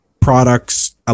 products